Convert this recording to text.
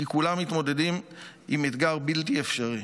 כי כולם מתמודדים עם אתגר בלתי אפשרי,